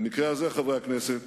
במקרה הזה, חברי הכנסת,